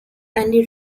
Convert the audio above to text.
andy